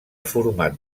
format